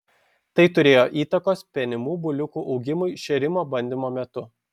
tai turėjo įtakos penimų buliukų augimui šėrimo bandymo metu